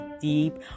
deep